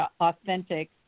authentic